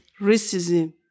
racism